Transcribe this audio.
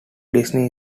disney